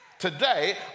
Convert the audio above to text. Today